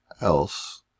else